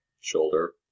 shoulder